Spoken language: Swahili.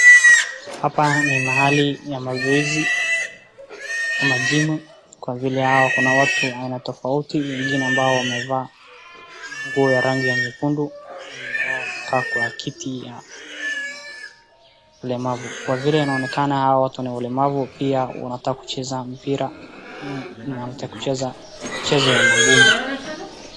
Hapa ni mahali pa mazoezi ama jimu kwa vile kuna watu aina tofauti, wengine ambao wamevaa nguo ya rangi nyekundu na wengine wao wamekaa kwa kiti cha ulemavu. Kwa vile inaonekana hawa watu ni walemavu, pia wanataka kucheza mpira, waanze kucheza michezo ya mangumi.